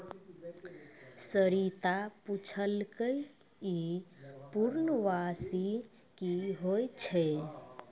सरिता पुछलकै ई पूर्ण वापसी कि होय छै?